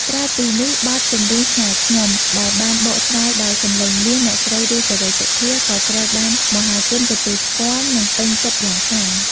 ក្រៅពីនេះ បទ "ចម្រៀងស្នេហ៍ខ្ញុំ" ដែលបានបកស្រាយដោយសំឡេងមាសអ្នកស្រី រស់ សេរីសុទ្ធា ក៏ត្រូវបានមហាជនទទួលស្គាល់ និងពេញចិត្តយ៉ាងខ្លាំង។